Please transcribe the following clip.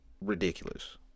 ridiculous